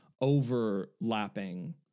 overlapping